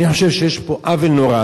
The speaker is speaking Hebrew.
אני חושב שיש פה עוול נורא,